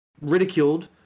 ridiculed